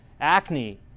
acne